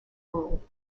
rule